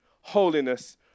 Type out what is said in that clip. holiness